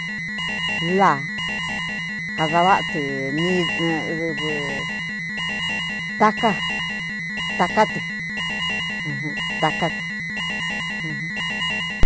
Laa kadevatü tagka takatü ajan.